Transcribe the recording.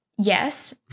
Yes